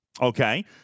Okay